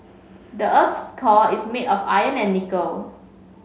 the earth's core is made of iron and nickel